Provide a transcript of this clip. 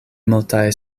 multaj